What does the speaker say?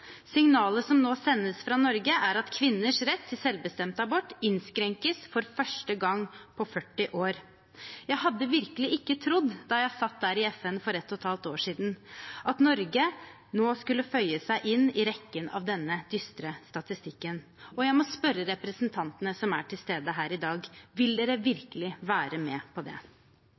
Signalet som nå sendes fra Norge, er at kvinners rett til selvbestemt abort innskrenkes for første gang på 40 år. Jeg hadde virkelig ikke trodd da jeg satt der i FN for ett og et halvt år siden, at Norge skulle føye seg inn i rekken av denne dystre statistikken, og jeg må spørre representantene som er til stede her i dag: Vil dere virkelig være med på det?